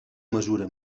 mesura